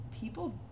people